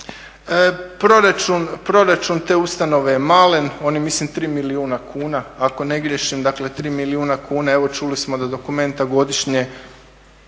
Proračun te ustanove je malen, on je mislim 3 milijuna kuna, ako ne griješim, dakle 3 milijuna kuna, evo čuli smo da … godišnje